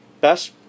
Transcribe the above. Best